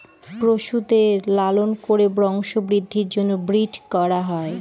পশুদের লালন করে বংশবৃদ্ধির জন্য ব্রিড করা হয়